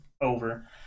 over